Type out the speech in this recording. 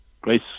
Grace